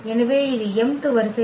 எனவே இது mth வரிசை